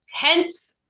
Hence